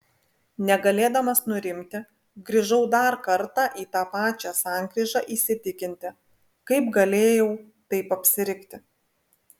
negalėdamas nurimti grįžau dar kartą į tą pačią sankryžą įsitikinti kaip galėjau taip apsirikti